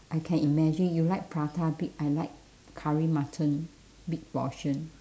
I can imagine you like prata big I like curry mutton big portion